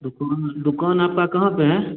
दुकान दुकान आपका कहाँ पर है